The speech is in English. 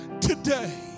today